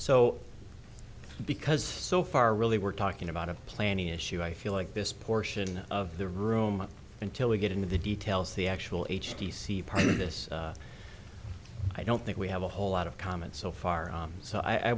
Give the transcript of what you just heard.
so because so far really we're talking about a planning issue i feel like this portion of the room until we get into the details the actual h d c part of this i don't think we have a whole lot of comments so far so i